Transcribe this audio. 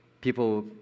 People